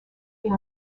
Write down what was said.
est